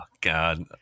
God